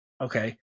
okay